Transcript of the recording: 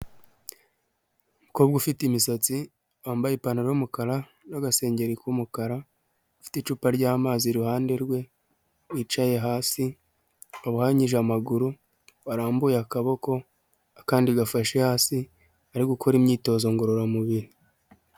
Umukobwa ufite imisatsi wambaye ipantaro y'umukara n'agasengengeri k'umukara, ufite icupa ry'amazi iruhande rwe, yicaye hasi wabohanyije amaguru, warambuye akaboko akandi gafashe hasi ari gukora imyitozo ngororamubiri.